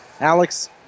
Alex